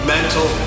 Mental